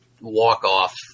walk-off